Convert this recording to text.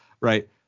right